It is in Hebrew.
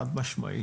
חד משמעית.